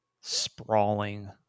sprawling